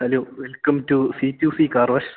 hello welcome to situ C car wash